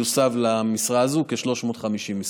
שיוסב למשרה הזאת כ-350 משרות.